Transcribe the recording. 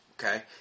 Okay